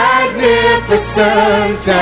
Magnificent